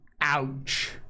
Ouch